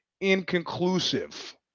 inconclusive